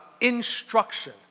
instruction